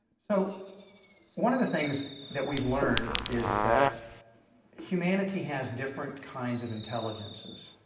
so one of the things that we've learned is that humanity has different kinds of intelligences.